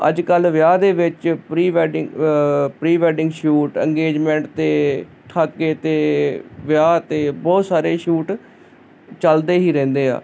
ਅੱਜ ਕੱਲ੍ਹ ਵਿਆਹ ਦੇ ਵਿੱਚ pre wedding pre wedding shoot engagement ਅਤੇ ਥਾਕੇ ਅਤੇ ਵਿਆਹ 'ਤੇ ਬਹੁਤ ਸਾਰੇ ਸ਼ੂਟ ਚਲਦੇ ਹੀ ਰਹਿੰਦੇ ਆ